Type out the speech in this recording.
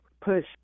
push